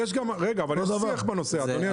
אבל יש שיח בנושא, אדוני היו"ר.